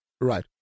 right